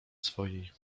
swojej